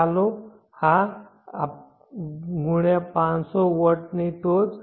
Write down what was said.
ચાલો હા × 500 વોટની ટોચ